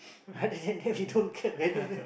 then we don't care whether